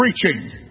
preaching